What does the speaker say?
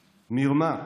מרמה,